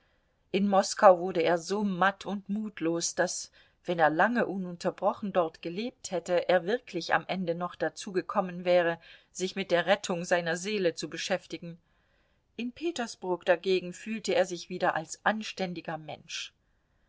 in moskau wurde er so matt und mutlos daß wenn er lange ununterbrochen dort gelebt hätte er wirklich am ende noch dazu gekommen wäre sich mit der rettung seiner seele zu beschäftigen in petersburg dagegen fühlte er sich wieder als anständiger mensch